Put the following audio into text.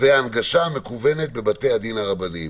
וההנגשה המקוונת בבתי-הדין הרבניים.